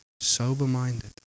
sober-minded